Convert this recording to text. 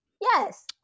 Yes